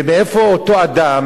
ומאיפה אותו אדם,